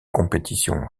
compétition